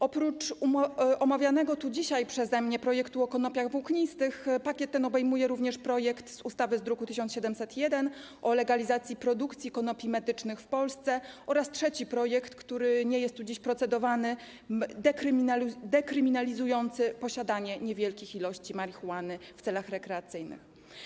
Oprócz omawianego tu dzisiaj przeze mnie projektu o konopiach włóknistych pakiet ten obejmuje również projekt ustawy z druku nr 1701 o legalizacji produkcji konopi medycznych w Polsce oraz trzeci projekt, który nie jest dziś procedowany, dekryminalizujący posiadanie niewielkich ilości marihuany w celach rekreacyjnych.